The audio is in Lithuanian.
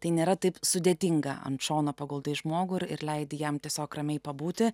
tai nėra taip sudėtinga ant šono paguldai žmogų ir ir leidi jam tiesiog ramiai pabūti